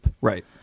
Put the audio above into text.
Right